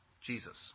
Jesus